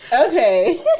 Okay